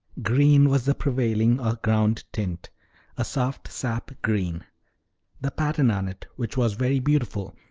green was the prevailing or ground tint a soft sap green the pattern on it, which was very beautiful,